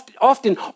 often